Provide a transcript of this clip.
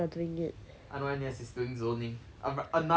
I know N_U_S is doing zoning um another very bad system